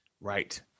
Right